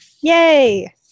Yay